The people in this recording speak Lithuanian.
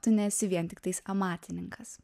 tu nesi vien tiktais amatininkas